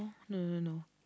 no no no